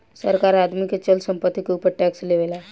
सरकार आदमी के चल संपत्ति के ऊपर टैक्स लेवेला